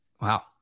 wow